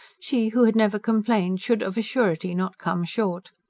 she, who had never complained, should of a surety not come short!